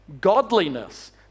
godliness